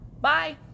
bye